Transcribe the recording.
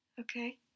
Okay